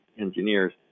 engineers